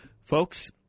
Folks